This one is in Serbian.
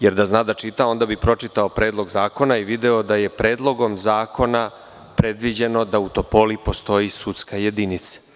Jer, da zna da čita, onda bi pročitao Predlog zakona i video da je Predlogom zakona predviđeno da u Topoli postoji sudska jedinica.